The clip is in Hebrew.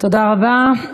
תודה רבה.